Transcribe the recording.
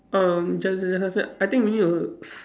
um Jaslyn Jaslyn Jaslyn I think we need to s~